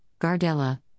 Gardella